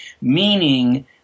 meaning